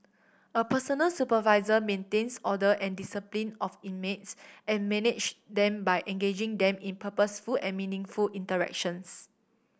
a personal supervisor maintains order and discipline of inmates and manage them by engaging them in purposeful and meaningful interactions